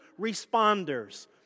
responders